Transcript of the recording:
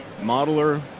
modeler